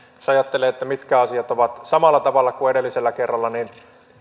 jos ajattelee mitkä asiat ovat samalla tavalla kuin edellisellä kerralla niin